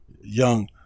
young